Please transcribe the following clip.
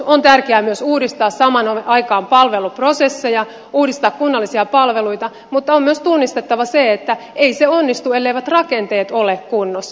on tärkeää uudistaa samaan aikaan myös palveluprosesseja uudistaa kunnallisia palveluita mutta on myös tunnistettava se että ei se onnistu elleivät rakenteet ole kunnossa